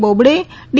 Bobde D